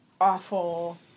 awful